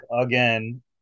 again